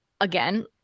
again